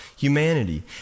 humanity